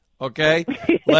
okay